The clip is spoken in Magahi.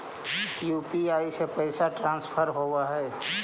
यु.पी.आई से पैसा ट्रांसफर होवहै?